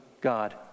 God